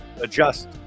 adjust